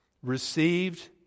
Received